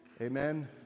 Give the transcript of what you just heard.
Amen